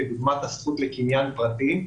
כדוגמת הזכות לקניין פרטי,